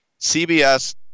CBS